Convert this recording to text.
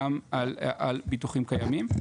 גם על ביטוחים קיימים.